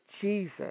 jesus